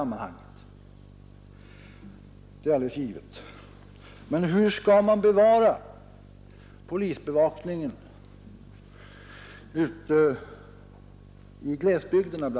Man skall vara realistisk.